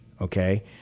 Okay